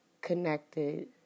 connected